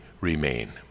remain